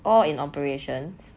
all in operations